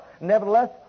Nevertheless